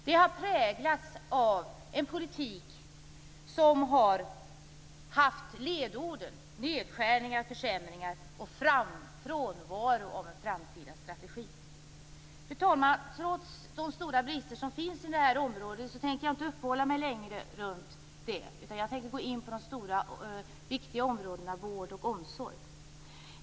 Det har präglats av en politik som har haft ledorden nedskärningar, försämringar och frånvaro av en framtida strategi. Fru talman! Trots de stora brister som finns inom det här området tänker jag inte uppehålla mig längre runt detta. Jag tänker gå in på det stora och viktiga området vård och omsorg.